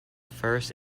first